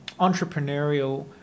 entrepreneurial